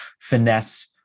finesse